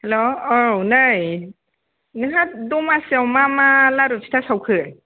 हेल' औ नै नोंहा दमासि आव मा मा लारु फिथा सावखो